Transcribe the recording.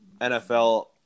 NFL